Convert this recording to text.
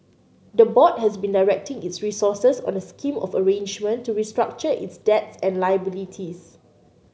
the board has been directing its resources on a scheme of arrangement to restructure its debts and liabilities